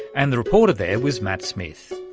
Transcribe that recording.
and the reporter there was matt smith.